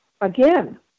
again